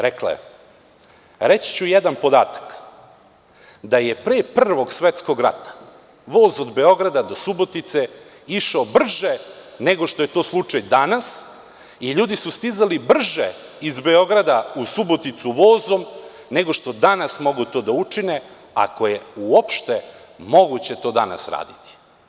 Rekla je – reći ću jedan podatak, da je pre Prvog svetskog rata voz od Beograda do Subotice išao brže nego što je to slučaj danas i ljudi su stizali brže iz Beograda u Suboticu vozom, nego što danas mogu to da učine, ako je uopšte moguće to danas raditi.